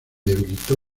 debilitó